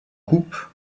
coupe